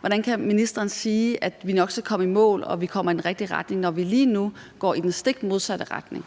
Hvordan kan ministeren sige, at vi nok skal komme i mål, og at vi kommer til at gå i den rigtige retning, når vi lige nu går i den stik modsatte retning?